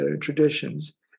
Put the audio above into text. traditions